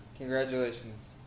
Congratulations